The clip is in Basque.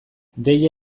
deia